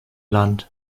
land